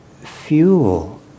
fuel